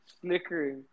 snickering